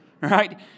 right